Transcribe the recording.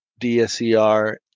DSER